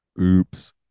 Oops